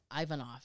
Ivanov